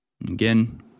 Again